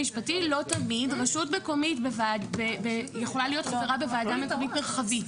רשות מקומית יכולה להיות חברה בוועדה מקומית מרחבית,